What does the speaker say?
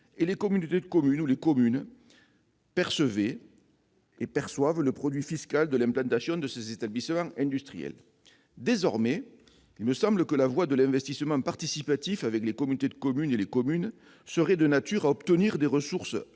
et les communautés de communes ou les communes percevaient et perçoivent le produit fiscal de l'implantation de ces établissements industriels. Désormais, il me semble que la voie de l'investissement participatif ouverte aux communautés de communes et aux communes serait de nature à fournir des ressources assez